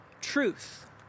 truth